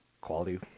quality